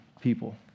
people